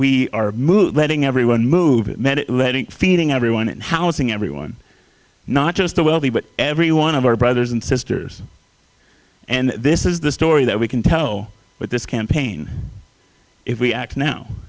we are moving everyone moving feeding everyone and housing everyone not just the wealthy but every one of our brothers and sisters and this is the story that we can tell with this campaign if we act now